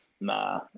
nah